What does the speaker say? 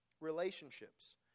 relationships